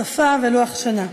שפה ולוח שנה.